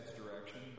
direction